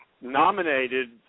nominated